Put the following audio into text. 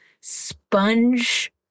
sponge